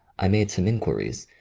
i made some inquiries,